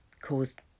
caused